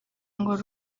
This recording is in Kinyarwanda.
ngo